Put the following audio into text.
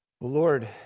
Lord